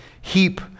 Heap